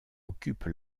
occupe